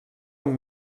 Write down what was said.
amb